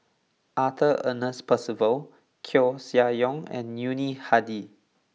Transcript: Arthur Ernest Percival Koeh Sia Yong and Yuni Hadi